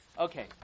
Okay